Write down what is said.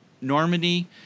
Normandy